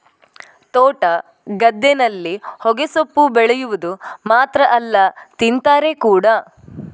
ತೋಟ, ಗದ್ದೆನಲ್ಲಿ ಹೊಗೆಸೊಪ್ಪು ಬೆಳೆವುದು ಮಾತ್ರ ಅಲ್ಲ ತಿಂತಾರೆ ಕೂಡಾ